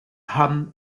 hamm